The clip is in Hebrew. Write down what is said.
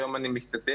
היום, אני משתתף.